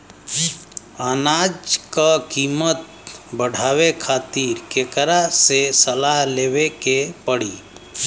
अनाज क कीमत बढ़ावे खातिर केकरा से सलाह लेवे के पड़ी?